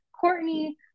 Courtney